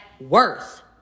worth